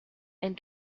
and